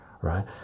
right